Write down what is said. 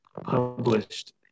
published